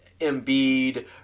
Embiid